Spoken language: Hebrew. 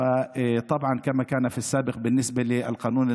כדי שיוכלו לחזור לעבוד בעבודתם וכדי שיוכלו לחזור לנהוג,